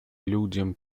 людям